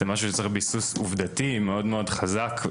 זה משהו שצריך ביסוס עובדתי מאוד חזק.